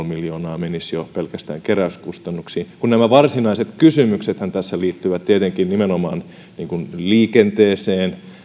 miljoonaa menisi jo pelkästään keräyskustannuksiin varsinaiset kysymyksethän tässä liittyvät tietenkin nimenomaan liikenteeseen